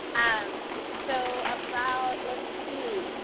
um so, about, let's see.